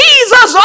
Jesus